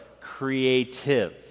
creative